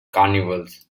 carnivals